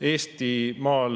Eestimaal